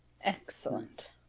Excellent